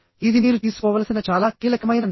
ఇది మీరు తీసుకోవలసిన చాలా కీలకమైన నిర్ణయం